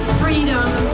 freedom